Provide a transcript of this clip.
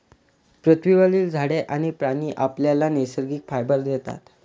पृथ्वीवरील झाडे आणि प्राणी आपल्याला नैसर्गिक फायबर देतात